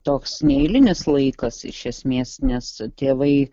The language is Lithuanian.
toks neeilinis laikas iš esmės nes tėvai